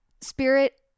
spirit